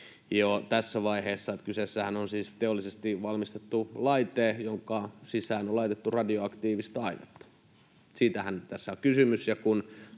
jo tässä vaiheessa: Kyseessähän on siis teollisesti valmistettu laite, jonka sisään on laitettu radioaktiivista ainetta. Siitähän tässä on kysymys.